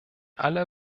alle